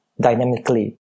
dynamically